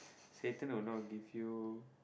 Saturn will not give you